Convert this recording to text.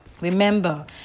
Remember